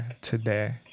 today